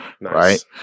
right